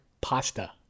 pasta